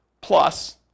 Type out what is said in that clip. Plus